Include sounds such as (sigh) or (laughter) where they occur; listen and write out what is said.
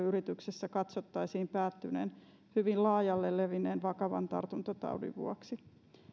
(unintelligible) yrityksessä katsottaisiin päättyneen hyvin laajalle levinneen vakavan tartuntataudin vuoksi